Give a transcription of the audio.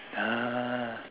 ah